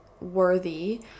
worthy